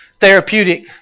therapeutic